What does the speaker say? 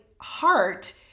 heart